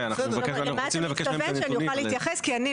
למה אתה מתכון שאוכל להתייחס?